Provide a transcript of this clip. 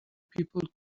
people